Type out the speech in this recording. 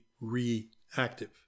reactive